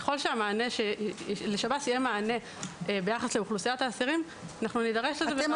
ככל שלשב"ס יהיה מענה ביחס לאוכלוסיית האסירים אנחנו נידרש לזה.